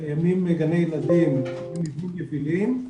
קיימים גני ילדים במבנים יבילים,